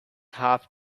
half